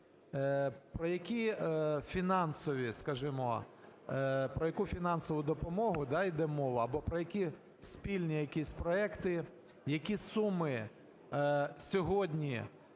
про які фінансові, скажімо… про яку фінансову допомогу, да, йде мова або про які спільні якісь проекти? Які суми сьогодні